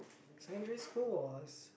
secondary school was